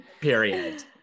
period